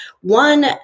one